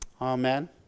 Amen